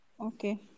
Okay